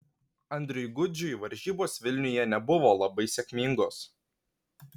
andriui gudžiui varžybos vilniuje nebuvo labai sėkmingos